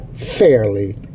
fairly